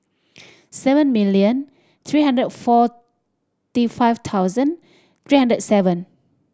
seven million three hundred and forty five thousand three hundred and seven